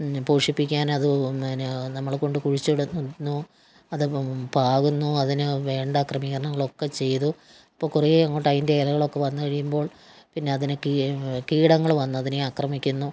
പോഷിപ്പിക്കാൻ അതു പിന്നെ നമ്മൾ കൊണ്ട് കുഴിച്ചിടുന്നു അത് പാകുന്നു അതിന് വേണ്ട ക്രമീകരണങ്ങളൊക്കെ ചെയ്തു അപ്പോൾ കുറേ അങ്ങോട്ട് അതിൻ്റെ ഇലകളൊക്കെ വന്നുകഴിയുമ്പോൾ പിന്നെ അതിനെ കീടങ്ങൾ വന്ന് അതിനെ അക്രമിക്കുന്നു